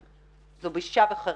זו בושה וחרפה.